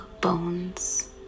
bones